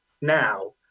now